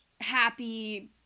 happy